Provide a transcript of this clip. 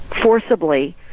forcibly